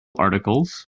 articles